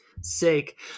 sake